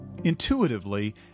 Intuitively